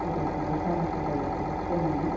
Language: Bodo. गोदोथ' दालि सबाइआबो खममोन